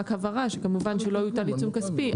רק הבהרה שכמובן שלא יוטל עיצום כספי .